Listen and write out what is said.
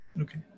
Okay